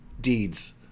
deeds